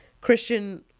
christian